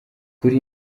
kuri